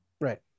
right